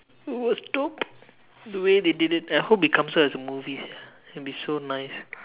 worst top the way they did it I hope it comes out as a movie sia it will be so nice